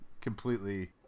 completely